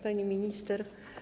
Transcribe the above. Pani Minister!